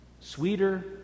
sweeter